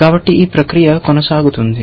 కాబట్టి ఈ ప్రక్రియ కొనసాగుతుంది